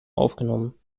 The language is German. aufgenommen